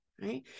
Right